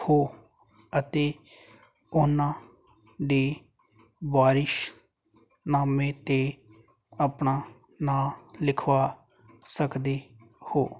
ਹੋ ਅਤੇ ਉਹਨਾਂ ਦੇ ਵਾਰਿਸਨਾਮੇ 'ਤੇ ਆਪਣਾ ਨਾਂ ਲਿਖਵਾ ਸਕਦੇ ਹੋ